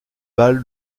balle